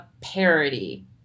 parody